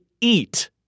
eat